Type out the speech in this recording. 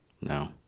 No